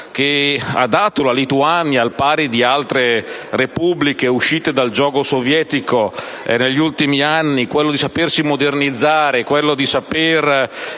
dato dalla Lituania, al pari di altre Repubbliche uscite dal giogo sovietico negli ultimi anni, quello di sapersi modernizzare e di